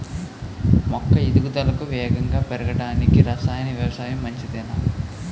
మొక్క ఎదుగుదలకు వేగంగా పెరగడానికి, రసాయన వ్యవసాయం మంచిదేనా?